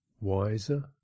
wiser